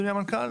אדוני המנכ"ל,